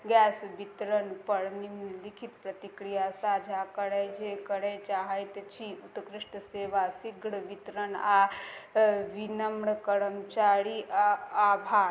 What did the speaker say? gas वितरणपर निम्नलिखित प्रतिक्रिया साझा करै करै चाहै छी उत्कृष्ट सेवा शीघ्र वितरण आओर विनम्र कर्मचारी आ आभार